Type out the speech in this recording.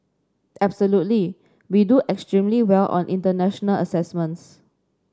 absolutely we do extremely well on international assessments